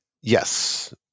Yes